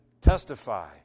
testify